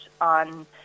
on